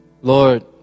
Lord